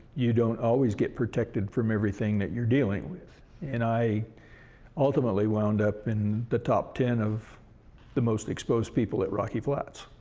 you don't always get protected from everything that you're dealing with and i ultimately wound up in the top ten of the most exposed people at rocky flats.